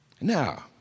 Now